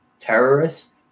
terrorist